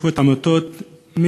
שקיפות העמותות,